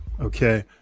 okay